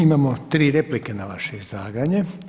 Imamo tri replike na vaše izlaganje.